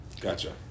Gotcha